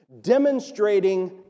Demonstrating